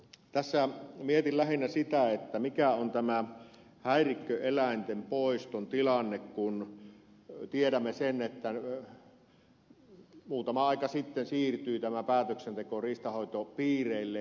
tässä mietin lähinnä sitä mikä on tämä häirikköeläinten poiston tilanne kun tiedämme sen että muutama aika sitten tämä päätöksenteko siirtyi riistanhoitopiireille